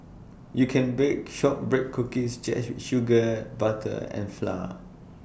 you can bake Shortbread Cookies just with sugar butter and flour